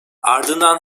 ardından